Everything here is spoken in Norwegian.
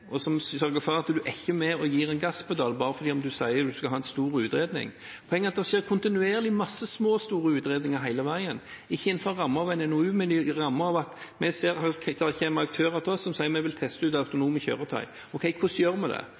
og en er ikke med og gir en gasspedal bare fordi en sier en skal ha en stor utredning. Poenget er at det kontinuerlig er mange små og store utredninger hele veien, ikke innenfor rammen av en NOU, men ved at det kommer aktører til oss som sier: Vi vil teste ut autonome kjøretøy. Ok, hvordan gjør vi det?